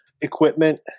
equipment